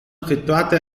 effettuate